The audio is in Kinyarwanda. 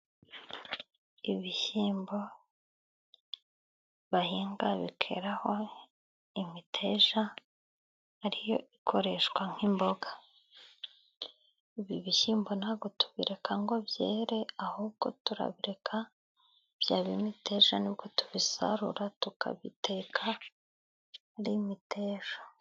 Ibishyimbo bahinga bikeraho imiteja ariyo ikoreshwa nk'imboga. Ibi bishyimbo ntago tubireka ngo byere ahubwo turabireka byaba imiteja nibwo tubisarura tukabiteka ari imiteja.